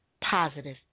positive